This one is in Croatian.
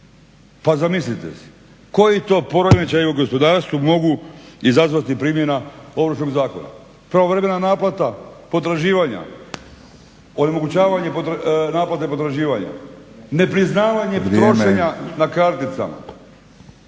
Pa zamislite si? Koji to poremećaji u gospodarstvu mogu izazvati primjena Ovršnog zakona, pravovremena naplata potraživanja, onemogućavanje naplate potraživanja, nepriznavanje trošenja na karticama.